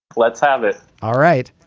let's have it all right.